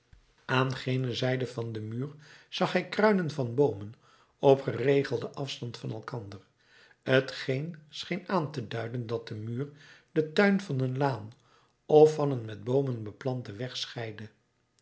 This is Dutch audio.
aan gene zijde van den muur zag hij kruinen van boomen op geregelden afstand van elkander t geen scheen aan te duiden dat de muur den tuin van een laan of van een met boomen beplanten weg scheidde